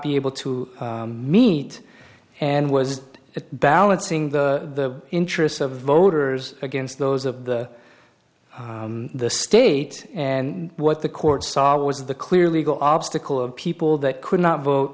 be able to meet and was balancing the interests of voters against those of the the state and what the court saw was the clear legal obstacle of people that could not vote